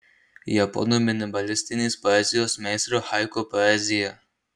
japonų minimalistinės poezijos meistrų haiku poezija